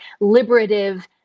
liberative